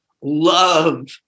love